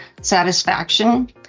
satisfaction